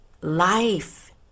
life